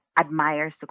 admires